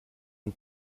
and